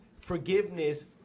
forgiveness